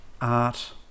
art